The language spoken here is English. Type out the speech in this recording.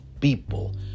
people